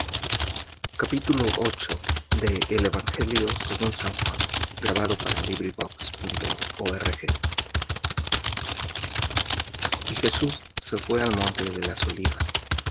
y jesús se fué al monte de las olivas